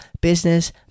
Business